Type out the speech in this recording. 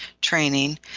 training